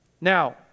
Now